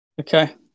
okay